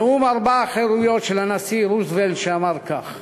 נאום "ארבע החירויות" של הנשיא רוזוולט, שאמר כך: